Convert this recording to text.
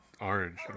Orange